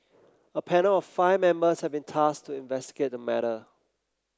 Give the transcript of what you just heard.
a panel of five members has been tasked to investigate the matter